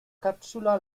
cápsula